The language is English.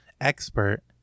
expert